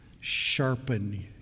sharpen